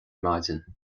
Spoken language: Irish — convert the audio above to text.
maidin